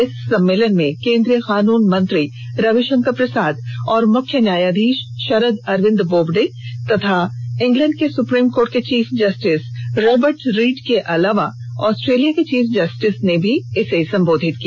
इस सम्मेलन में केंद्रीय कानून मंत्री रविशंकर प्रसाद और मुख्य न्यायाधीश शरद अरविंद बोबड़े और इंग्लैंड के सुप्रीम कोर्ट के चीफ जस्टिस रॉबर्ट रीड के अलावा ऑस्ट्रेलिया के चीफ जस्टिस ने भी संबोधित किया